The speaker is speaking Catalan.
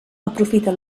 aprofita